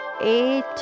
eight